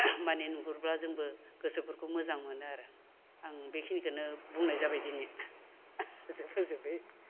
माने नुहुरब्ला जोंबो गोसोफोरखौ मोजां मोनो आरो आं बेखिनिखोनो बुंनाय जाबाय दिनै फोजोब्बाय